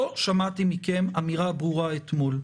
לא שמעתי מכם אמירה ברורה אתמול: